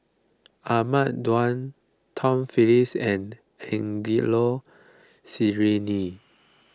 Ahmad Daud Tom Phillips and Angelo Sanelli